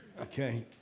Okay